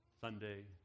Sunday